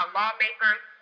lawmakers